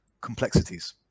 complexities